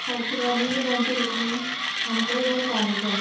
फाल्यां सकाळीं आमीय बी जाणटी जातली आमकांय बरें पावूंक जाय